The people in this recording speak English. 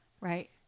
right